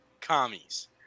commies